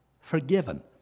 forgiven